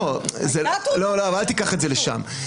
אל תיקח את זה לשם.